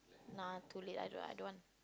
nah too late I don't I don't want